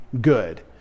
good